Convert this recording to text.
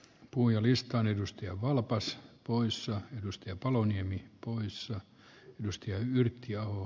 puijolistan edustaja walapais poissa mustia paloniemi puuhissa nosti nyrkkiä on